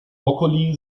brokkoli